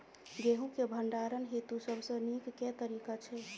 गेंहूँ केँ भण्डारण हेतु सबसँ नीक केँ तरीका छै?